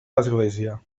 l’església